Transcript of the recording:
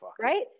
Right